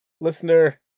listener